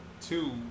two